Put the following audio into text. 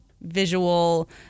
visual